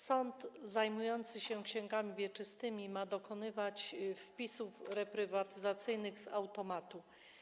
Sąd zajmujący się księgami wieczystymi ma dokonywać wpisów reprywatyzacyjnych automatycznie.